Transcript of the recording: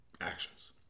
Actions